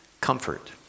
comfort